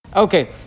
Okay